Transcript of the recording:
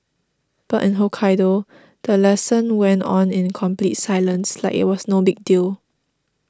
but in Hokkaido the lesson went on in complete silence like it was no big deal